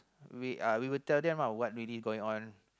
we uh we will tell them ah what really going on